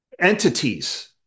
entities